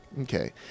Okay